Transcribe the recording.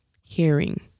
hearing